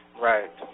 Right